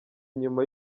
inyuma